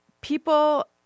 People –